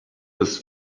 was